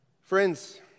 Friends